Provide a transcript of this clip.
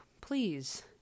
please